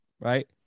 right